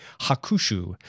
Hakushu